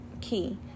key